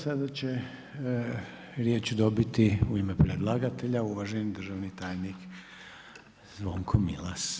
Sada će riječ dobiti u ime predlagatelja, uvaženi državni tajnik Zvonko Milas.